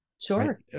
Sure